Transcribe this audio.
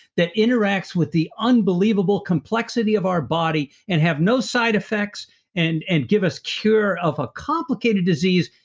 that interacts with the unbelievable complexity of our body and have no side effects and and give us cure of a complicated disease,